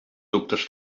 dubtes